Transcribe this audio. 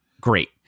great